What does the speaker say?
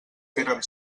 tenen